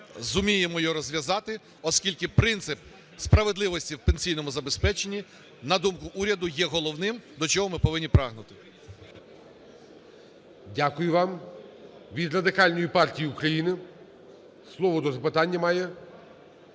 зуміємо його розв'язати, оскільки принцип справедливості в пенсійному забезпеченні на думку уряду є головним, до чого ми повинні прагнути. ГОЛОВУЮЧИЙ. Дякую вам. Від Радикальної партії України слово до запитання має